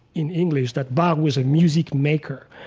in english, that bach was a music maker.